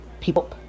people